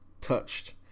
touched